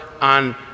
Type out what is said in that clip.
on